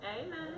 Amen